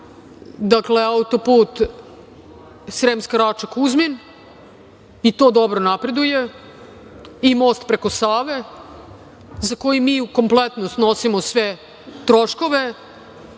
Dakle, auto-put Sremska Rača – Kuzmin i to dobro napreduje i most preko Save, za koji mi kompletno snosimo sve troškove